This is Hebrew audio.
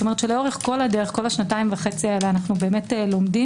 כלומר לאורך כל השנתיים וחצי האלה אנו לומדים